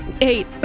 Eight